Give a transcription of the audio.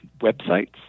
websites